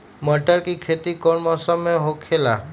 मटर के खेती कौन मौसम में होखेला?